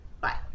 Bye